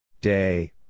Day